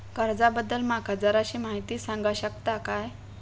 कर्जा बद्दल माका जराशी माहिती सांगा शकता काय?